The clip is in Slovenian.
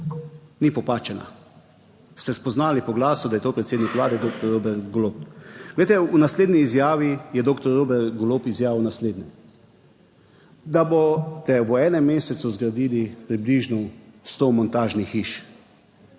Ni popačena, ste spoznali po glasu, da je to predsednik vlade doktor Robert Golob? Glejte, v naslednji izjavi je doktor Robert Golob izjavil naslednje: da boste v enem mesecu zgradili približno sto montažnih hiš.